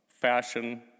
fashion